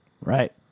Right